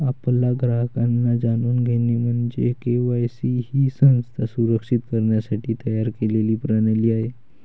आपल्या ग्राहकांना जाणून घेणे म्हणजे के.वाय.सी ही संस्था सुरक्षित करण्यासाठी तयार केलेली प्रणाली आहे